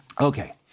Okay